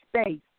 space